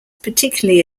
particularly